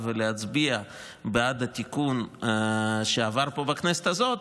ולהצביע בעד התיקון שעבר פה בכנסת הזאת,